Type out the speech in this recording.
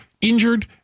injured